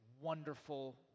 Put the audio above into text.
wonderful